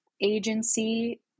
agency